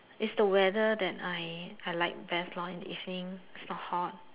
is the weather that I I like best lah in the evening not so hot